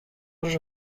ris